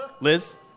Liz